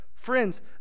Friends